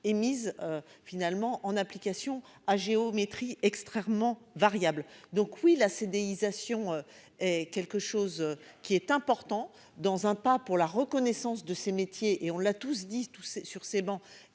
mise finalement en application à géométrie extrêmement variable. Donc oui la CDI sation est quelque chose qui est important dans un pas pour la reconnaissance de ces métiers et on l'a tous disent tous ces sur